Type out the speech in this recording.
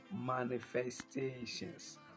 manifestations